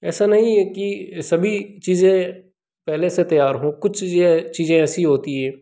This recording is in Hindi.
ऐसा नहीं है कि सभी चीज़ें पहले से तैयार हों कुछ ये चीज़ें ऐसी होती हैं